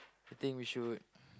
I think we should